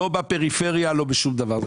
לא בפריפריה, לא בשום דבר.